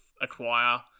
acquire